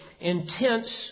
intense